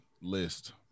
list